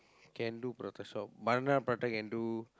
can do prata shop banana prata can do